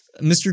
Mr